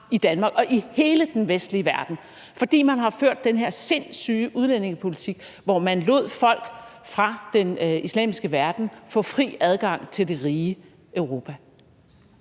i Danmark og i hele den vestlige verden, fordi man har ført den her sindssyge udlændingepolitik, hvor man lod folk fra den islamiske verden få fri adgang til det rige Europa